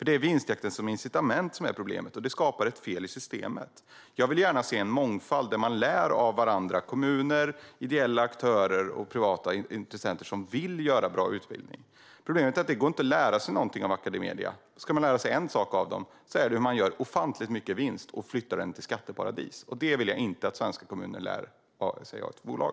Det är vinstjakten som incitament som är problemet, och den skapar ett fel i systemet. Jag vill gärna se en mångfald där man lär av varandra. Det gäller kommuner, ideella aktörer och privata intressenter som vill skapa en god utbildning. Problemet är att det inte går att lära sig någonting av Academedia. Men en sak som man kan lära sig av Academedia är hur man gör en ofantligt stor vinst och flyttar den till skatteparadis. Det vill jag inte att svenska kommuner ska lära sig av detta bolag.